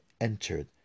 entered